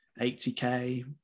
80k